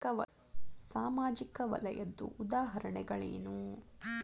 ಸಾಮಾಜಿಕ ವಲಯದ್ದು ಉದಾಹರಣೆಗಳೇನು?